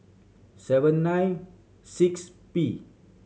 seven nine six P